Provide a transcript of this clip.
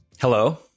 Hello